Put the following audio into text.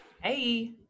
Hey